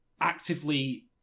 actively